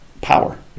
power